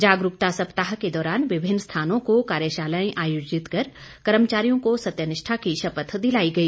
जागरूकता सप्ताह के दौरान विभिन्न स्थानों को कार्यशालाएं आयोजित कर कर्मचारियों को सत्यनिष्ठा की शपथ दिलाई गई